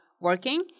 working